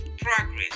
progress